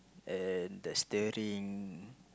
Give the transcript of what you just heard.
and the steering